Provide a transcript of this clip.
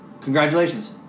congratulations